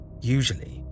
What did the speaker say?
Usually